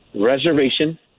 reservation